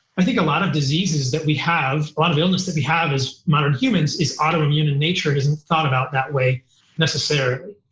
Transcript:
i think a lot of diseases that we have, a lot of illness that we have as modern humans is autoimmune in nature and it isn't thought about that way necessarily.